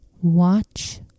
Watch